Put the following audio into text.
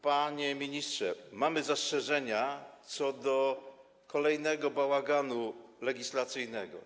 Panie ministrze, mamy zastrzeżenia co do kolejnego bałaganu legislacyjnego.